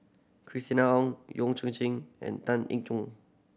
Christina Ong Yong and Tan Eng